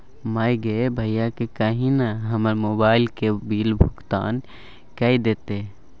माय गे भैयाकेँ कही न हमर मोबाइल केर बिल भोगतान कए देतै